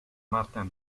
martin